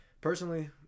personally